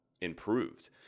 improved